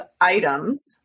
items